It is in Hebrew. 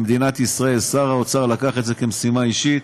במדינת ישראל, שר האוצר לקח את זה כמשימה אישית,